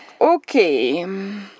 Okay